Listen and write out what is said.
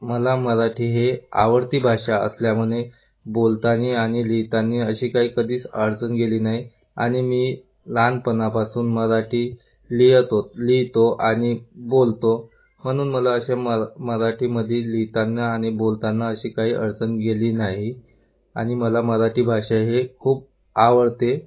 मला मराठी ही आवडती भाषा असल्यामुळे बोलताना आणि लिहिताना अशी काही कधीच अडचण गेली नाही आणि मी लहानपणापासून मराठी लिहतो लिहितो आणि बोलतो म्हणून मला असे म मराठीमध्ये लिहिताना आणि बोलताांना अशी काही अडचण गेली नाही आणि मला मराठी भाषा हे खूप आवडते